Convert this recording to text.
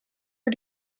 are